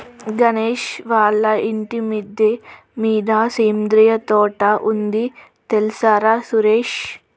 గణేష్ వాళ్ళ ఇంటి మిద్దె మీద సేంద్రియ తోట ఉంది తెల్సార సురేష్